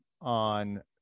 on